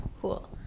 cool